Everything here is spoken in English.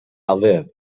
aviv